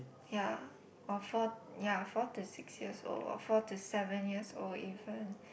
ya or four ya four to six years old or four to seven years old even